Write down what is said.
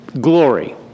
glory